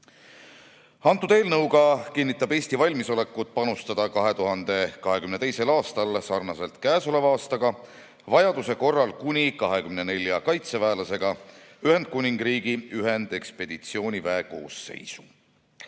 Eelnõuga kinnitab Eesti valmisolekut panustada 2022. aastal sarnaselt käesoleva aastaga vajaduse korral kuni 24 kaitseväelasega Ühendkuningriigi ühendekspeditsiooniväe koosseisu.